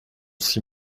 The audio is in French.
s’y